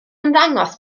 ymddangos